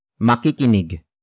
makikinig